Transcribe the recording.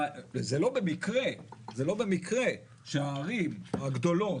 זה לא במקרה שהערים הגדולות,